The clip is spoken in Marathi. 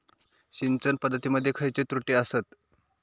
सिंचन पद्धती मध्ये खयचे त्रुटी आसत?